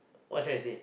what you trying to say